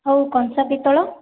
ହଉ କଂସା ପିତଳ